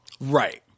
right